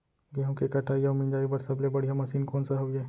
गेहूँ के कटाई अऊ मिंजाई बर सबले बढ़िया मशीन कोन सा हवये?